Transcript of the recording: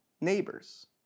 neighbors